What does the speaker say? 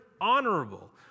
honorable